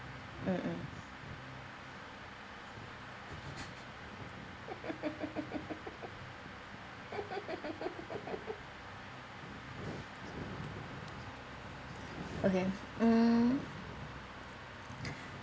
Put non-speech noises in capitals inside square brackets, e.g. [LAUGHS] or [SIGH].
mm mm [LAUGHS] okay mm